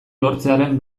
lortzearen